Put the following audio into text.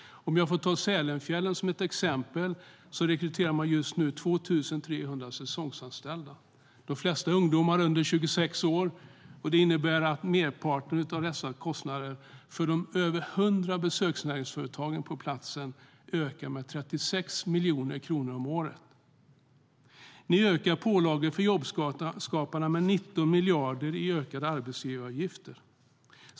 Ni ökar pålagorna för jobbskaparna med 19 miljarder i ökade arbetsgivaravgifter.